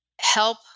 help